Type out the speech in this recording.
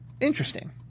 Interesting